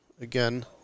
Again